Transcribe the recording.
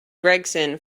gregson